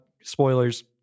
spoilers